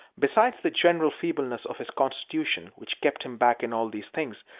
besides the general feebleness of his constitution, which kept him back in all these things,